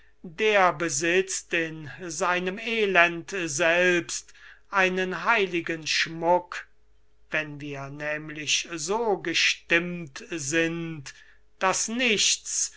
der besitzt in seinem elend selbst einen heiligen schmuck wenn wir nämlich so gestimmt sind daß nichts